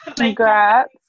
Congrats